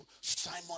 Simon